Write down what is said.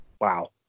wow